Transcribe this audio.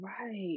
Right